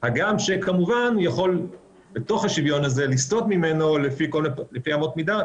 הגם שכמובן הוא יכול בתוך השוויון הזה לסטות ממנו לפי אמות מידה.